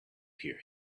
here